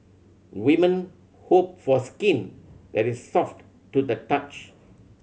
women hope for skin that is soft to the touch